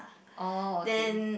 orh okay